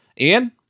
Ian